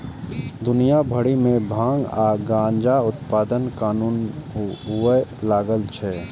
दुनिया भरि मे भांग आ गांजाक उत्पादन कानूनन हुअय लागल छै